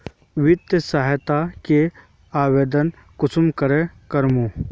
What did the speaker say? वित्तीय सहायता के आवेदन कुंसम करबे?